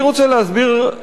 אני רוצה להסביר,